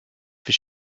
for